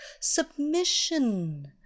Submission